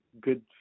good